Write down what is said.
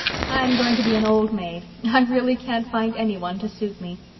i am going to be an old maid. i really can't find any one to suit me.